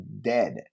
dead